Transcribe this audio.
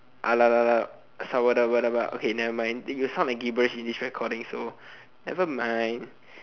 okay nevermind it will sound like gibberish in this recording so nevermind